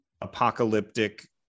apocalyptic